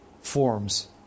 forms